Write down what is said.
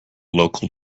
local